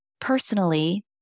personally